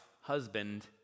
husband